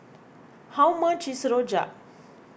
how much is Rojak